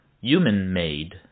human-made